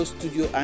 Studio